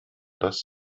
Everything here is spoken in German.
das